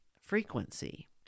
frequency